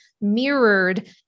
mirrored